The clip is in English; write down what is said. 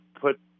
put